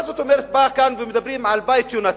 מה זאת אומרת באים לכאן ומדברים על "בית יהונתן"?